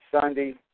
Sunday